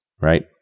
Right